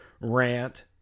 rant